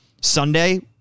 Sunday